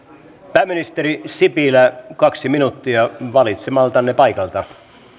pääministeri sipilä kaksi minuuttia valitsemaltanne paikalta